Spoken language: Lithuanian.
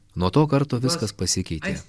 nuo to karto viskas pasikeitė